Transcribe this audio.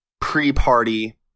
pre-party